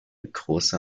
große